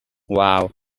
wow